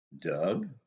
Doug